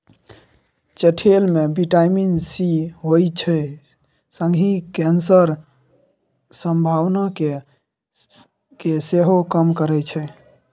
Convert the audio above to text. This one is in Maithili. चठेल मे बिटामिन सी होइ छै संगहि कैंसरक संभावना केँ सेहो कम करय छै